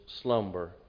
slumber